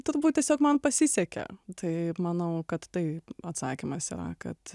turbūt tiesiog man pasisekė tai manau kad tai atsakymas yra kad